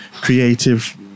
creative